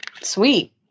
sweet